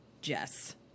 Jess